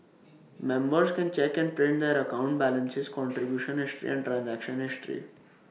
members can check and print their account balances contribution history and transaction history